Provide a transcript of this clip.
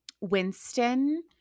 Winston